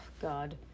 God